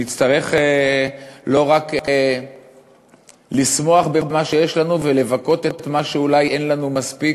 נצטרך לא רק לשמוח במה שיש לנו ולבכות את מה שאולי אין לנו מספיק,